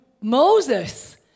Moses